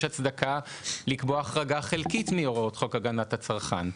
הצדקה לקבוע החרגה חלקית מהוראות חוק הגנת הצרכן.